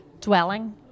dwelling